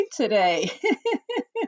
today